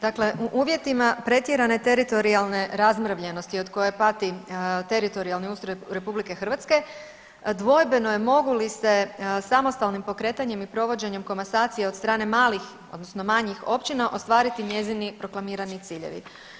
Dakle u uvjetima pretjerane teritorijalne razmrvljenosti od koje pati teritorijalni ustroj RH, dvojbeno je mogu li se samostalnim pokretanjem i provođenjem komasacije od strane malih odnosno manjih općina ostvariti njezini proklamirani ciljevi.